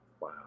Wow